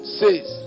says